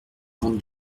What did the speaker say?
grande